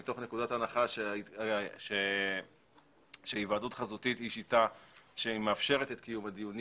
מתוך נקודת הנחה שהיוועדות חזותית היא שיטה שמאפשרת את קיום הדיונים